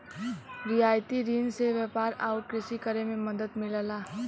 रियायती रिन से व्यापार आउर कृषि करे में मदद मिलला